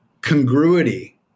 congruity